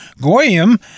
goyim